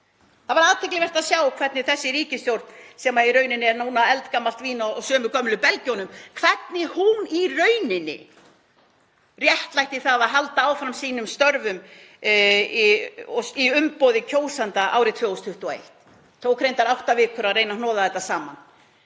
Það var athyglisvert að sjá hvernig þessi ríkisstjórn, sem er í rauninni núna eldgamalt vín á sömu gömlu belgjunum, réttlætti það að halda áfram sínum störfum í umboði kjósenda árið 2021 — tók reyndar átta vikur að reyna að hnoða þetta saman.